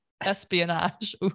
espionage